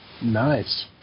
nice